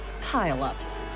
pile-ups